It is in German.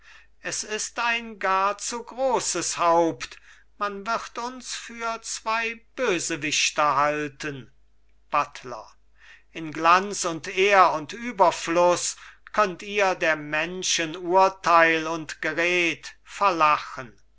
es ist ein gar zu großes haupt man wird uns für zwei bösewichter halten buttler in glanz und ehr und überfluß könnt ihr der menschen urteil und gered verlachen